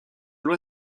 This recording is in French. loi